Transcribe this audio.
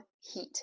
heat